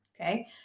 Okay